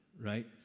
right